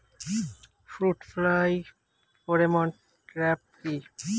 Fruit fly pheromone trap কি?